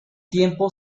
tiempo